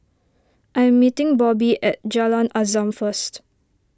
I am meeting Bobby at Jalan Azam first